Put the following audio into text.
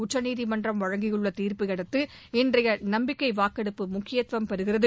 உச்சநீதிமன்றம் வழங்கியுள்ள தீர்ப்பை அடுத்து இன்றைய நம்பிக்கை வாக்கெடுப்பு முக்கியத்துவம் பெருகிறது